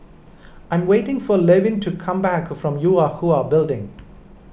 I am waiting for Levin to come back from Yue Hwa Building